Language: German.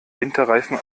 winterreifen